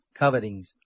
covetings